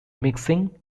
mixing